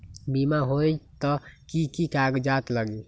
बिमा होई त कि की कागज़ात लगी?